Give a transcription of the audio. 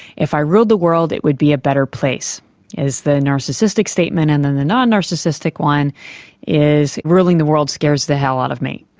if i ruled the world it would be a better place is the narcissistic statement, and then the non-narcissistic one is, ruling the world scares the hell out of me.